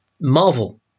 Marvel